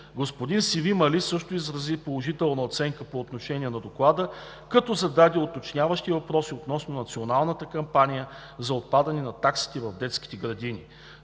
Господин Севим Али също изрази положителна оценка по отношение на Доклада, като зададе уточняващи въпроси относно националната кампания за отпадане на таксите в детските градини.